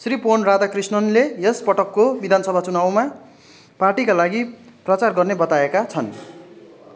श्री पोन राधाकृष्णनले यसपटकको विधानसभा चुनाउमा पार्टीका लागि प्रचार गर्ने बताएका छन्